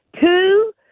two